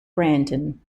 brandon